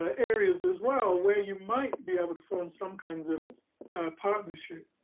ah areas, as well, where you might be able to form some kinds of partnership.